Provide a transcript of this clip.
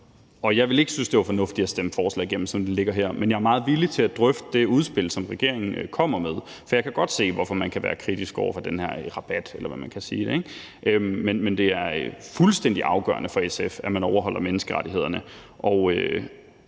ikke synes, det var fornuftigt at stemme forslaget igennem, som det ligger her, men jeg er meget villig til at drøfte det udspil, som regeringen kommer med, for jeg kan godt se, hvorfor man kan være kritisk over for den her rabat, eller hvad man skal sige. Men det er fuldstændig afgørende for SF, at man overholder menneskerettighederne,